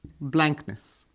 blankness